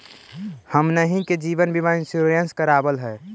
हमनहि के जिवन बिमा इंश्योरेंस करावल है?